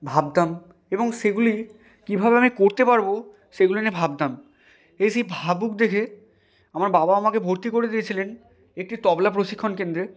ভাবতাম এবং সেগুলি কীভাবে আমি করতে পারবো সেগুলি নিয়ে ভাবতাম এই সেই ভাবুক দেখে আমার বাবা আমাকে ভর্তি করে দিয়েছিলেন একটি তবলা প্রশিক্ষণ কেন্দ্রে